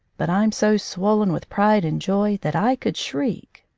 but i'm so swollen with pride and joy that i could shriek.